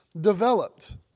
developed